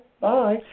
Bye